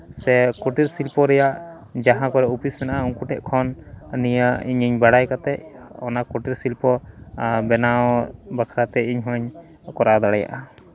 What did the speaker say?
ᱥᱮ ᱠᱩᱴᱤᱨ ᱥᱤᱞᱯᱚ ᱨᱮᱭᱟᱜ ᱡᱟᱦᱟᱸ ᱠᱚᱨᱮᱜ ᱚᱯᱷᱤᱥ ᱢᱮᱱᱟᱜᱼᱟ ᱩᱱᱠᱩ ᱴᱷᱮᱱ ᱠᱷᱚᱱ ᱱᱤᱭᱟᱹ ᱤᱧ ᱵᱟᱲᱟᱭ ᱠᱟᱛᱮᱫ ᱚᱱᱟ ᱠᱩᱴᱤᱨ ᱥᱤᱞᱯᱚ ᱵᱮᱱᱟᱣ ᱵᱟᱠᱷᱨᱟ ᱛᱮ ᱤᱧ ᱦᱚᱸ ᱠᱚᱨᱟᱣ ᱫᱟᱲᱮᱭᱟᱜᱼᱟ